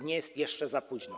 Nie jest jeszcze za późno.